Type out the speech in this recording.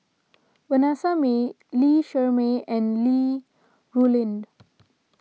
Vanessa Mae Lee Shermay and Li Rulin